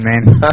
man